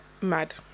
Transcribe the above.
mad